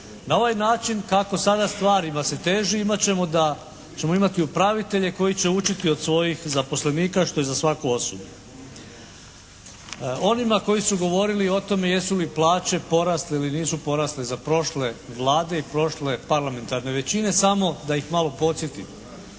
Na ovaj način kako stvarima se teži imat ćemo da ćemo imati upravitelje koji će učiti od svojih zaposlenika što je za svaku osudu. Onima koji su govorili o tome jesu li plaće porasle ili nisu porasle za prošle Vlade ili prošle parlamentarne većine samo da ih malo podsjetim.